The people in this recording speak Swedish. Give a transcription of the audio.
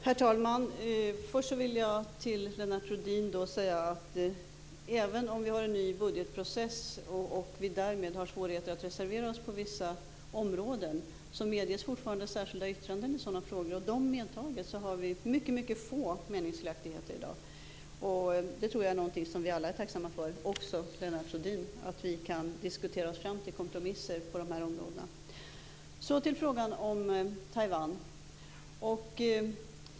Herr talman! Även om vi har en ny budgetprocess och vi därmed har svårigheter att reservera oss på vissa områden, Lennart Rohdin, medges fortfarande särskilda yttranden i sådana frågor. Dessa medtaget har vi mycket få meningsskiljaktigheter i dag. Att vi kan diskutera oss fram till kompromisser på dessa områden tror jag att vi alla - också Lennart Rohdin - är tacksamma för. Sedan till frågan om Taiwan.